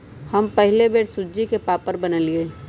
हम पहिल बेर सूज्ज़ी के पापड़ बनलियइ